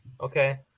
Okay